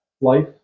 life